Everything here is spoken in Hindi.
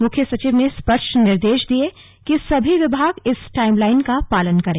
मुख्य सचिव ने स्पष्ट निर्देश दिए कि सभी विभाग इस टाइम लाइन का पालन करें